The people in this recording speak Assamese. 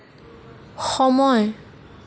সময়